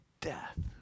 Death